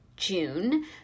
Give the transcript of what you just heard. June